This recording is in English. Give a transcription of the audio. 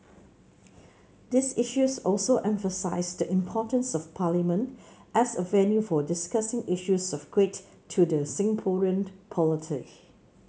these issues also emphasise the importance of Parliament as a venue for discussing issues of great to the Singaporean polity